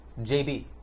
JB